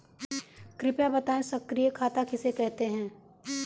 कृपया बताएँ सक्रिय खाता किसे कहते हैं?